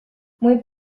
muy